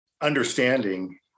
understanding